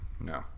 No